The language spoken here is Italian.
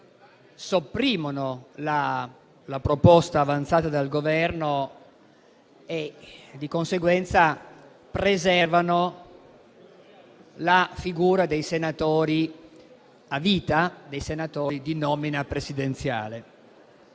sopprimono la proposta avanzata dal Governo e, di conseguenza, preservano la figura dei senatori a vita di nomina presidenziale.